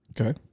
Okay